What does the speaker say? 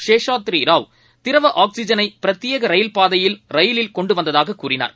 சேஷாத்ரிராவ் திரவஆக்சிஜனைபிரத்யேகரயில் பாதையில் ரயிலில் கொண்டுவந்ததாககூறினார்